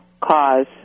cause